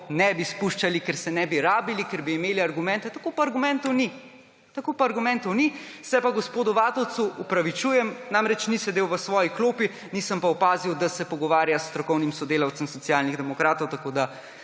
nebi spuščali, ker ne bi bilo treba, ker bi imeli argumente, tako pa argumentov ni. Tako pa argumentov ni. Se pa gospodu Vatovcu opravičujem, namreč ni sedel v svoji klopi, nisem pa opazil, da se pogovarja s strokovnim sodelavcem Socialnih demokratov. Tako da